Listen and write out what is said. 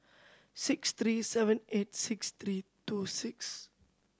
six three seven eight six three two six